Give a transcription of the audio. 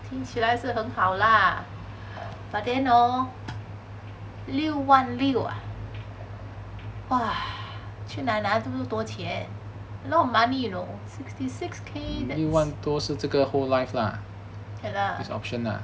听起来是很好 lah but then hor 六万六 ah 去哪里拿这么多钱 a lot of money you know sixty six K